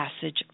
passage